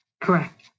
Correct